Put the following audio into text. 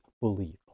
believe